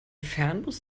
fernbus